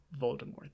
Voldemort